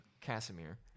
Casimir